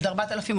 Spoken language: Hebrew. עוד 4,000,